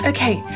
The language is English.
Okay